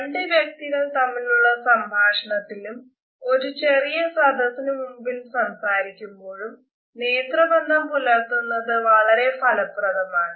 രണ്ട് വ്യക്തികൾ തമ്മിലുള്ള സംഭാഷണത്തിലും ഒരു ചെറിയ സദസിന് മുമ്പിൽ സംസാരിക്കുമ്പോഴും നേത്രബന്ധം പുലർത്തുന്നത് വളരെ ഫലപ്രദമാണ്